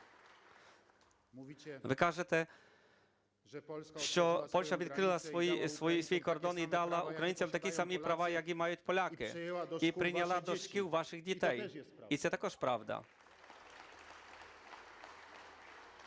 Ви кажете, що Польща відкрила свій кордон і дала українцям такі ж самі права, які мають поляки, і прийняла до шкіл ваших дітей. І це також правда.